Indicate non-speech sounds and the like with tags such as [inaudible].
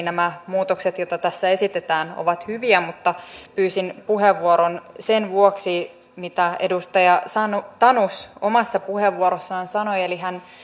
[unintelligible] nämä muutokset joita tässä esitetään ovat hyviä mutta pyysin puheenvuoron sen vuoksi mitä edustaja tanus omassa puheenvuorossaan sanoi eli hän